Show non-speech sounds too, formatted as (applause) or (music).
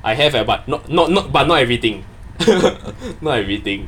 I have eh but not not not but not everything (laughs) not everything